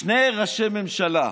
שני ראשי ממשלה.